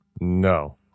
No